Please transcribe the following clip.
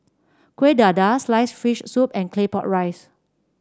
Kuih Dadar sliced fish soup and Claypot Rice